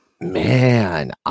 man